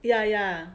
ya ya